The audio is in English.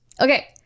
Okay